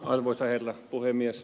arvoisa herra puhemies